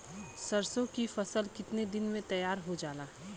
सरसों की फसल कितने दिन में तैयार हो जाला?